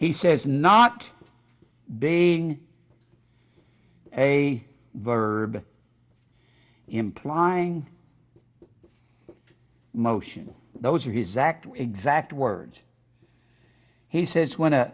he says not being a verb implying motion those are exactly exact words he says when